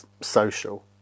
social